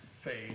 faith